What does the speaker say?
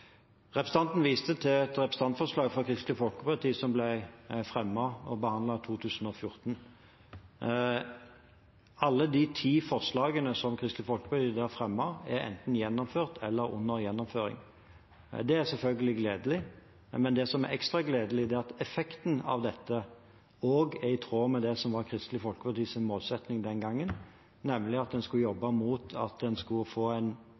Representanten viste til et representantforslag fra Kristelig Folkeparti som ble fremmet og behandlet i 2014. Alle de ti forslagene som Kristelig Folkeparti da fremmet, er enten gjennomført eller under gjennomføring. Det er selvfølgelig gledelig, men det som er ekstra gledelig, er at effekten av dette også er i tråd med det som var Kristelig Folkepartis målsetting den gangen, nemlig at en skulle jobbe for en